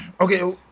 Okay